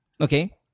Okay